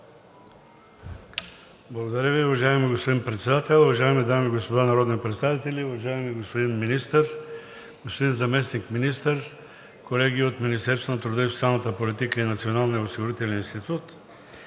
Благодаря Ви. Уважаеми господин Председател, уважаеми дами и господа народни представители, уважаеми господин Министър, господин Заместник-министър, колеги от Министерството на труда и социалната политика и Националния осигурителен институт!